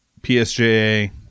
PSJA